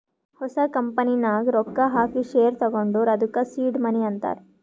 ಹೊಸ ಕಂಪನಿ ನಾಗ್ ರೊಕ್ಕಾ ಹಾಕಿ ಶೇರ್ ತಗೊಂಡುರ್ ಅದ್ದುಕ ಸೀಡ್ ಮನಿ ಅಂತಾರ್